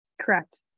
Correct